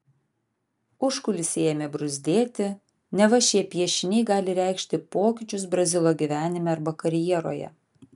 užkulisiai ėmė bruzdėti neva šie piešiniai gali reikšti pokyčius brazilo gyvenime arba karjeroje